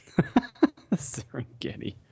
Serengeti